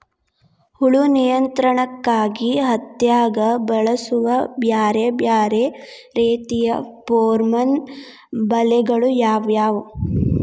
ಹುಳು ನಿಯಂತ್ರಣಕ್ಕಾಗಿ ಹತ್ತ್ಯಾಗ್ ಬಳಸುವ ಬ್ಯಾರೆ ಬ್ಯಾರೆ ರೇತಿಯ ಪೋರ್ಮನ್ ಬಲೆಗಳು ಯಾವ್ಯಾವ್?